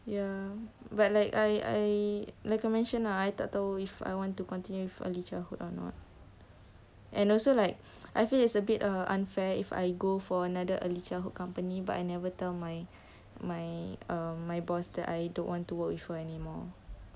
ya but like I like mention ah I tak tahu if I want to continue with early childhood or not and also like I feel it's a bit unfair if I go for another early childhood company but I never tell my my err my boss that I don't want to work with her anymore